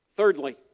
Thirdly